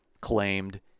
claimed